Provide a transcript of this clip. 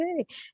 Okay